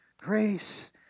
grace